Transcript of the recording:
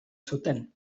zuten